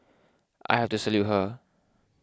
I have to salute her